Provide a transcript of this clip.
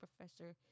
professor